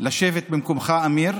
לשבת במקומך, אמיר,